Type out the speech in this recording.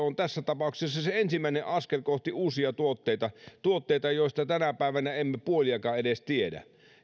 on tässä tapauksessa se se ensimmäinen askel kohti uusia tuotteita tuotteita joista tänä päivänä emme puoliakaan edes tiedä